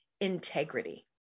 integrity